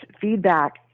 feedback